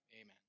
amen